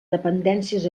dependències